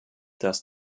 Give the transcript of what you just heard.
dass